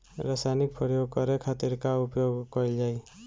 रसायनिक प्रयोग करे खातिर का उपयोग कईल जाइ?